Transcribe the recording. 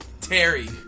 Terry